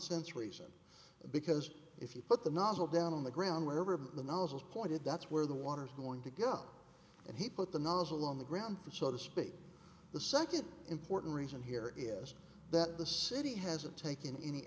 sense reason because if you put the nozzle down on the ground wherever the nozzles pointed that's where the water is going to go and he put the nozzle on the ground so the speak the second important reason here is that the city hasn't taken any